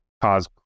cause